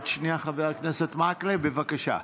עוד שנייה, חבר הכנסת מקלב, בבקשה.